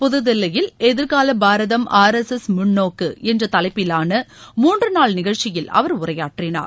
புது தில்லியில் எதிர்கால பாரதம் ஆர் எஸ் எஸ் முன்நோக்கு என்ற தலைப்பிலான மூன்று நாள் நிகழ்ச்சியில் அவர் உரையாற்றினார்